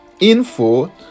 info